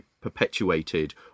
perpetuated